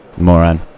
Moron